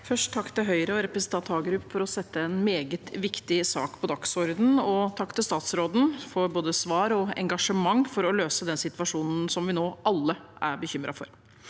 Først takk til Høyre og representanten Hagerup for å sette en meget viktig sak på dagsordenen, og takk til statsråden for både svar og engasjement for å løse den situasjonen som vi nå alle er bekymret for.